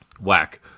whack